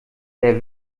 der